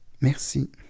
Merci